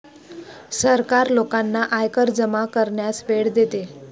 सरकार लोकांना आयकर जमा करण्यास वेळ देते